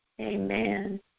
Amen